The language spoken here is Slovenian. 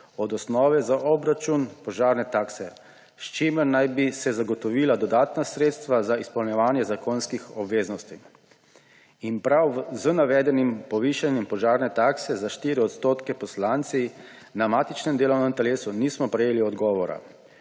od osnove za obračun požarne takse, s čimer naj bi se zagotovila dodatna sredstva za izpolnjevanje zakonskih obveznosti. In prav z navedenim povišanjem požarne takse za 4 odstotke poslanci na matičnem delovnem telesu nismo prejeli odgovora,